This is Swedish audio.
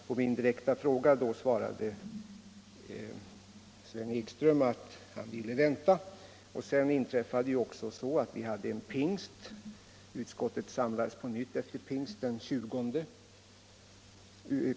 På min direkta fråga då svarade Sven Ekström att han ville vänta. Sedan inträffade ju också pingsthelgen. Utskottet samlades på nytt efter pingsten, den 20 maj.